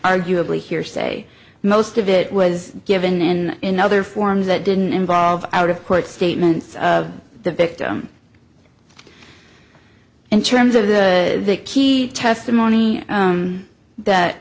arguably hearsay most of it was given in other forms that didn't involve out of court statements of the victim in terms of the key testimony that